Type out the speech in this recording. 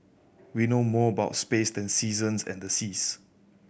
we know more about space than the seasons and the seas